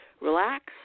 relax